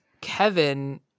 Kevin